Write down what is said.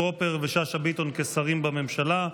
טרופר ושאשא ביטון כשרים בממשלה.